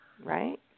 Right